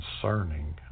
concerning